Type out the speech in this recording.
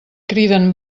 criden